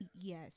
Yes